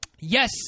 yes